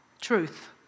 truth